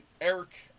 Eric